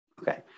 Okay